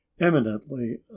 eminently